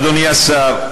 אדוני השר,